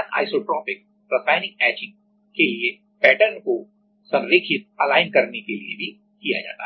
anisotropic रासायनिक etching के लिए पैटर्न को संरेखित अलाइन align करने के लिए भी किया जाता है